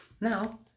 now